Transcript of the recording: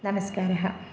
नमस्कारः